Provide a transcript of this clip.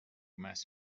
مست